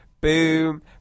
Boom